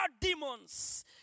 demons